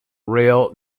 rail